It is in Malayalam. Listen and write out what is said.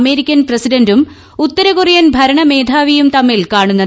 അമേരിക്കൻ പ്രസിഡന്റും ഉത്തരകൊറിയൻ ഭരണ മേധാവിയും തമ്മിൽ കാണുന്നത്